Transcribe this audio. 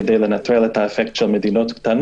כדי לנטרל את האפקט של מדינות קטנות,